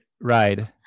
ride